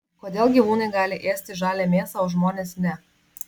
kodėl gyvūnai gali ėsti žalią mėsą o žmonės ne